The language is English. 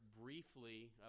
briefly